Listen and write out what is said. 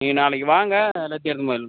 நீங்கள் நாளைக்கு வாங்க எல்லாத்தையும்